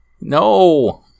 No